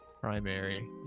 Primary